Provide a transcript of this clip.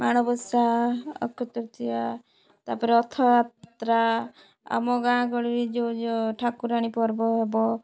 ମାଣବସା ଅକ୍ଷିତୃତୀୟା ତାପରେ ରଥଯାତ୍ରା ଆମ ଗାଁ ଗହଳିରେ ଯେଉଁ ଯେଉଁ ଠାକୁରାଣୀ ପର୍ବ ହେବ